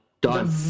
done